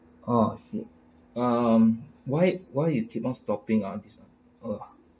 oh um why why it did not stopping ah this one uh